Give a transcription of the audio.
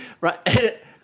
Right